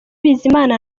bizimana